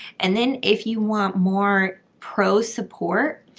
and then if you want more pro-support,